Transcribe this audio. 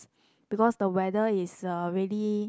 because the weather is uh really